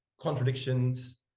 contradictions